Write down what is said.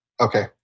okay